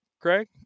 Craig